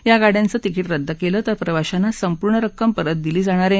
या गाडयांचं तिकीट रद्द केलं तर प्रवाशांना संपूर्ण रक्कम परत दिली जाणार आहे